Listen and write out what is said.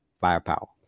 Firepower